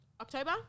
october